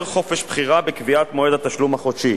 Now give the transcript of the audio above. יותר חופש בחירה בקביעת מועד התשלום החודשי.